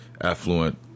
affluent